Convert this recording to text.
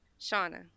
Shauna